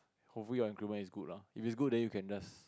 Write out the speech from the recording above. confirm your increment is good lah if is good then you can just